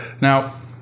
Now